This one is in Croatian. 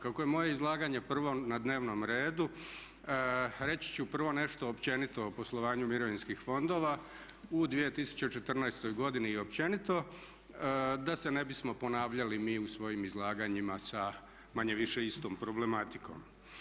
Kako je moje izlaganje prvo na dnevnom redu reći ću prvo nešto općenito o poslovanju mirovinskih fondova u 2014. godini i općenito da se ne bismo ponavljali mi u svojim izlaganjima sa manje-više istom problematikom.